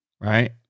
Right